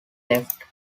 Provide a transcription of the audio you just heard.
left